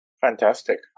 Fantastic